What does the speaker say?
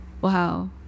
Wow